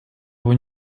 его